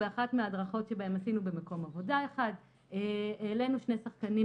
באחת מההדרכות שבהן עשינו במקום עבודה אחד העלינו שני שחקנים,